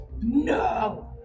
No